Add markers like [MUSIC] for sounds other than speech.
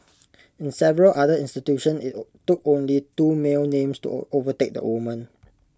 in several other institutions IT [UNINTELLIGIBLE] took only two male names to [UNINTELLIGIBLE] overtake the women